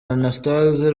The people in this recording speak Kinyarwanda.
anastase